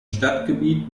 stadtgebiet